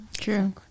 True